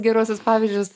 geruosius pavyzdžius